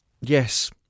Yes